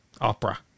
opera